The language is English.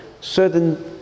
certain